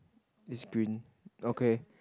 it's green okay